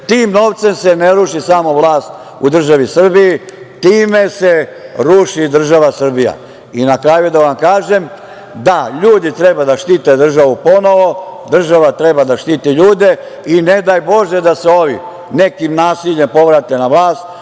Tim novcem se ne ruši samo vlast u državi Srbiji, time se ruši i država Srbija. Na kraju da vam kažem da ljudi treba da štite državu ponovo, država treba da štiti ljude i ne daj Bože da se ovi nekim nasiljem povrate na vlast,